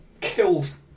kills